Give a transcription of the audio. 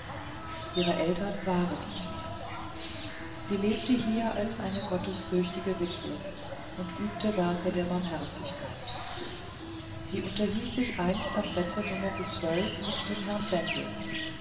ihre eltern waren nicht mehr sie lebte hier als eine gottesfürchtige witwe und übte werke der barmherzigkeit sie unterhielt sich einst am bette numero zwölf mit dem herrn bendel